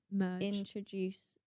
introduce